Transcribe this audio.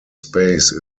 space